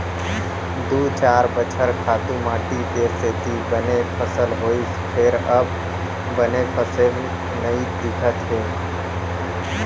दू चार बछर खातू माटी के सेती बने फसल होइस फेर अब बने फसल नइ दिखत हे